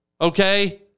okay